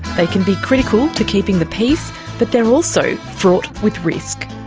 they can be critical to keeping the peace but they're also fraught with risk.